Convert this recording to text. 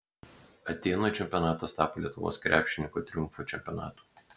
atėnų čempionatas tapo lietuvos krepšininkų triumfo čempionatu